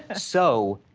so